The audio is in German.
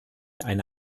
eine